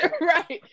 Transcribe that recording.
Right